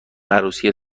عروسی